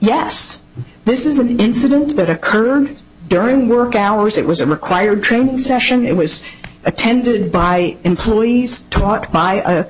yes this is an incident that occurred during work hours it was a required training session it was attended by employees taught by a